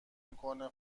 میکنه